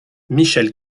michel